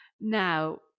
Now